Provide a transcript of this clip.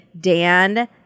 Dan